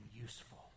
useful